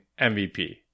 MVP